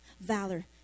valor